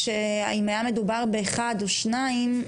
אם היה מדובר באחד או שניים,